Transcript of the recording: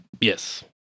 Yes